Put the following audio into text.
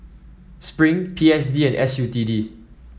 Spring P S D and S U T D